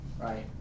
Right